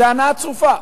זה הנאה צרופה.